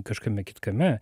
kažkame kitkame